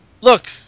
look